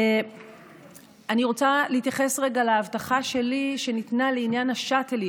אני רוצה להתייחס להבטחה שלי שניתנה בעניין השאטלים.